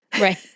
Right